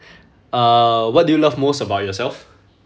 uh what do you love most about yourself